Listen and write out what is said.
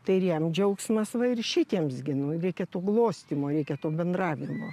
tai ir jam džiaugsmas va ir šitiems gi nu reikia to glostymo reikia to bendravimo